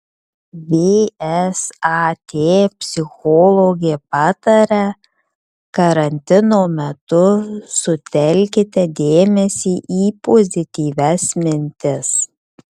vsat psichologė pataria karantino metu sutelkite dėmesį į pozityvias mintis